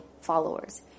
followers